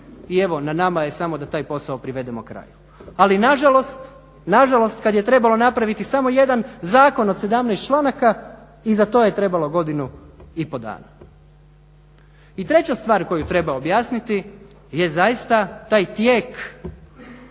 i evo na nama je samo da taj posao privedemo kraju. Ali nažalost kada je trebalo napraviti samo jedan zakon od 17 članaka i za to je trebalo godinu i pol dana. I treća stvar koju treba objasniti je zaista taj tijek